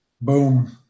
boom